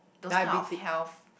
those kind of health